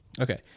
Okay